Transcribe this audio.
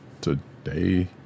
today